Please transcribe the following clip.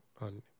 on